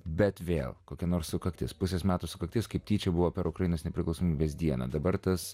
bet vėl kokia nors sukaktis pusės metų sukaktis kaip tyčia buvo per ukrainos nepriklausomybės dieną dabar tas